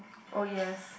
oh yes